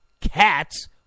cats